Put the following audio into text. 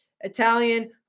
Italian